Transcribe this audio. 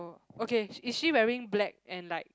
okay is she wearing black and like